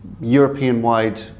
European-wide